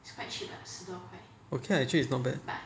okay lah actually it's not bad